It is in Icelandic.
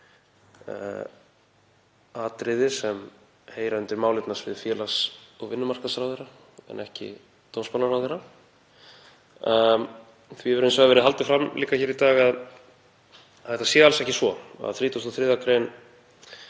atriðum sem heyra undir málefnasvið félags- og vinnumarkaðsráðherra en ekki dómsmálaráðherra. Því hefur hins vegar verið haldið fram líka hér í dag að þetta sé alls ekki svo, að 33. gr.,